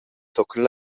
tochen